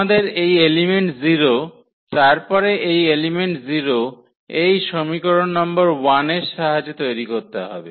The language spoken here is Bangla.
আমাদের এই এলিমেন্ট 0 তারপরে এই এলিমেন্ট 0 এই সমীকরণ নম্বর 1 এর সাহায্যে তৈরি করতে হবে